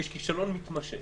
יש כישלון מתמשך,